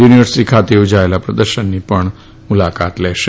university ખાતે યોજાયેલા પ્રદર્શનની પણ મુલાકાત લેશે